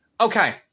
Okay